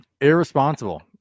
Irresponsible